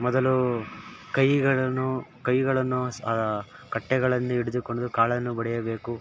ಮೊದಲು ಕೈಗಳನ್ನು ಕೈಗಳನ್ನು ಸ್ ಕಟ್ಟೆಗಳಲ್ಲಿ ಹಿಡಿದುಕೊಂಡು ಕಾಲನ್ನು ಬಡಿಯಬೇಕು